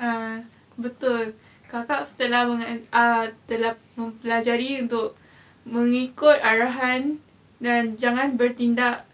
ah betul kakak telah uh mempelajari untuk mengikut arahan dan jangan bertindak